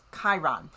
Chiron